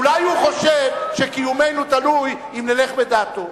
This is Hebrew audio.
אולי הוא חושב שקיומנו תלוי אם נלך בדעתו.